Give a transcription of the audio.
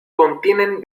contienen